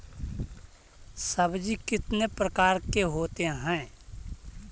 सब्जी कितने प्रकार के होते है?